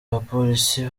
abapolisi